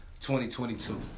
2022